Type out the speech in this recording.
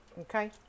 Okay